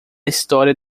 história